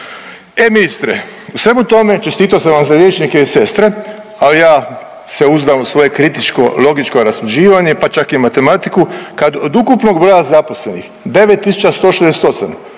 E ministre u svemu tome čestitao sam vam za liječnike i sestre, ali ja se uzdam u svoje kritičko logičko rasuđivanje, pa čak i matematiku kad od ukupnog broja zaposlenih 9.168